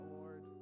Lord